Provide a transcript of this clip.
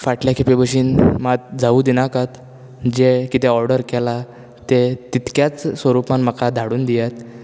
फाटल्या खेपे बशीन मात जावूं दिनाकात जें कितें ऑर्डर केला तें तितक्याच स्वरुपान म्हाका धाडून दियात